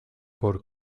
por